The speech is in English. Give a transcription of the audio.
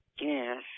Yes